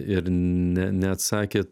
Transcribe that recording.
ir ne neatsakė